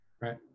Right